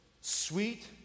Sweet